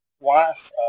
wife